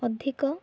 ଅଧିକ